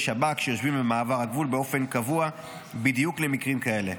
שב"כ שיושבים במעבר הגבול באופן קבוע בדיוק למקרים כאלה.